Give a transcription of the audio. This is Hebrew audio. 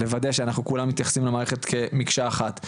לוודא שאנחנו מתייחסים למערכת כמקשה אחת.